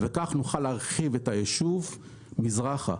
וכך נוכל להרחיב את היישוב מזרחה.